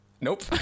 Nope